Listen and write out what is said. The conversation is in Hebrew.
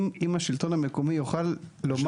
אם השלטון המקומי יוכל לומר,